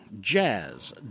jazz